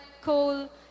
coal